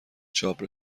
چاپ